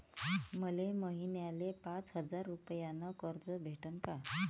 मले महिन्याले पाच हजार रुपयानं कर्ज भेटन का?